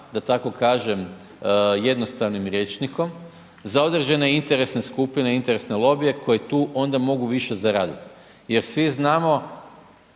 da tako kažem jednostavnim rječnikom, za određene interesne skupine, interesne lobije koji tu onda mogu više zaradit jer svi znamo,